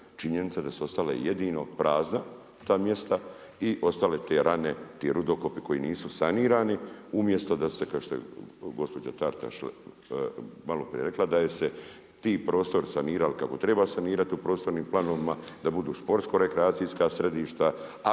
činjenica da su ostala jedino prazna ta mjesta i ostale te rane, ti rudokopi koji nisu sanirani, umjesto da su se kao što je gospođa Taritaš malo prije rekla da su se ti prostori sanirali kako treba sanirati u prostornim planovima, da budu sportsko rekreacijska središta,